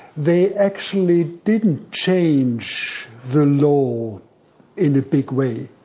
they actually didn't change the law in a big way.